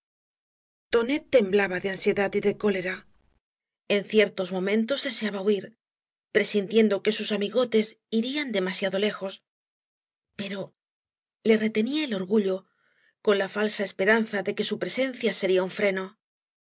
tonet temblaba de ansiedad y de cólera en ciertos momentos deseaba huir presintiendo que sus amigotes irían demasiado lejos pero le retenía oañas t barro el orgullo ccd la falea esperanza de que eu preeen eia eería un frcdo